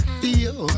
feel